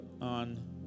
on